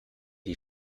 die